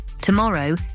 Tomorrow